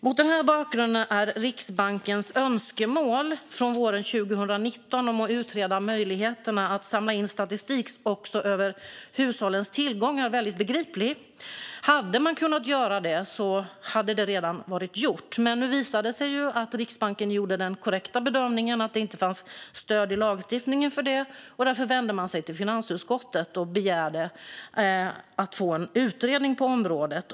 Mot den bakgrunden är Riksbankens önskemål från våren 2019 om att utreda möjligheterna att samla in statistik också över hushållens tillgångar begripligt. Hade man kunnat göra det hade det redan varit gjort. Men det visade sig att Riksbanken gjorde den korrekta bedömningen att det inte fanns stöd i lagstiftningen för det. Därför vände man sig till finansutskottet och begärde att få en utredning på området.